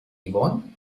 yvonne